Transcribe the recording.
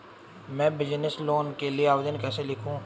मैं business loan के लिए आवेदन कैसे लिखूँ?